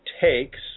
takes